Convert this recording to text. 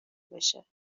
بشه